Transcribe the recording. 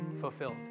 fulfilled